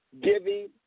giving